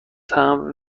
تمبر